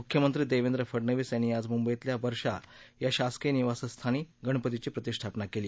मृख्यमंत्री देवेंद्र फडनवीस यांनी आज मृंबईतल्या वर्षा या शासकीय निवासस्थानी गणपतीची प्रतिष्ठापना केली